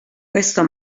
questo